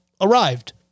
arrived